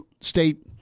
state